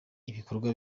ibikorwa